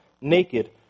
naked